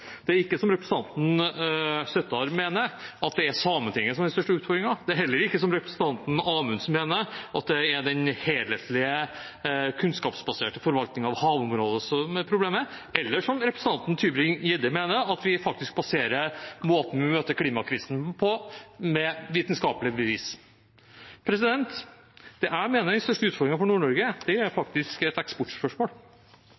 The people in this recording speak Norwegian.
Det er ikke, som representanten Søttar mener, Sametinget som er den største utfordringen. Det er heller ikke, som representanten Amundsen mener, den helhetlige, kunnskapsbaserte forvaltningen av havområdene som er problemet, eller, som representanten Tybring-Gjedde mener, at vi baserer måten vi møter klimakrisen på, på vitenskapelige bevis. Det jeg mener er den største utfordringen for Nord-Norge, er faktisk et eksportspørsmål. Det er